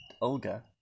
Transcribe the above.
Olga